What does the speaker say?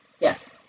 Yes